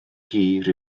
hir